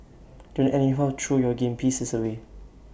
don't anyhow throw your game pieces away